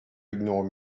ignore